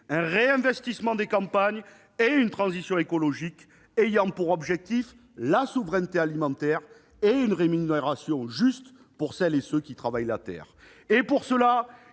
un « réinvestissement » des campagnes et une transition écologique, ayant pour objectifs la souveraineté alimentaire et une rémunération juste pour celles et ceux qui travaillent la terre. Pour cela,